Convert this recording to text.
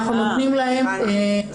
אנחנו נותנים להם --- אה,